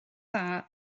dda